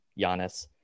Giannis